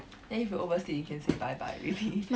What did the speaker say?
then if you oversleep you can say bye bye already